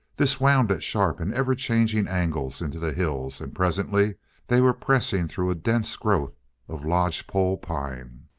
this wound at sharp and ever-changing angles into the hills, and presently they were pressing through a dense growth of lodgepole pine.